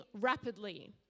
rapidly